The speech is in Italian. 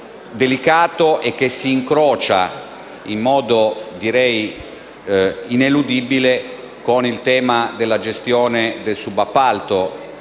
delicato, che si incrocia, in modo, direi, ineludibile con quello della gestione del subappalto.